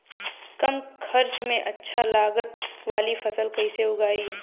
कम खर्चा में अच्छा लागत वाली फसल कैसे उगाई?